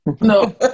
No